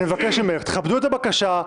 אני מבקש ממך תכבדו את הבקשה,